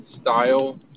style